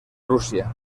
rusia